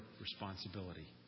responsibility